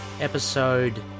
episode